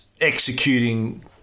executing